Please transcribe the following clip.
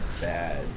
bad